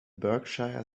berkshire